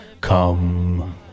come